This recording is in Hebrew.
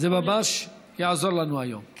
זה ממש יעזור לנו היום.